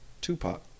Tupac